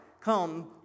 come